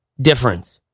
difference